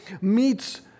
meets